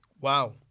Wow